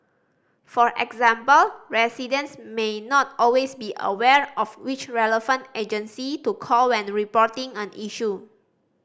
for example residents may not always be aware of which relevant agency to call when reporting an issue